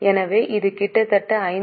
எனவே இது கிட்டத்தட்ட 5